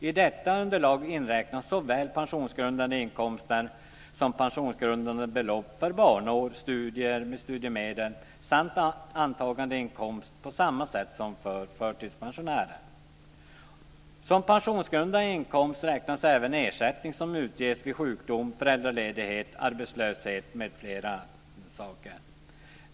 I detta underlag inräknas såväl pensionsgrundande inkomster som pensionsgrundande belopp för barnår, studier med studiemedel samt antagandeinkomst på samma sätt som för förtidspensionärer. Som pensionsgrundande inkomst räknas även ersättningar som utges vid sjukdom, föräldraledighet och arbetslöshet m.m.